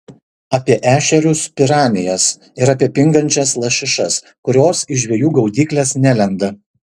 apie ešerius piranijas ir apie pingančias lašišas kurios į žvejų gaudykles nelenda